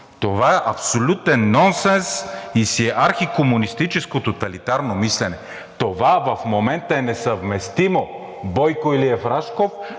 Това е абсолютен нонсенс и е архикомунистическо тоталитарно мислене. Това в момента е несъвместимо – Бойко Илиев Рашков,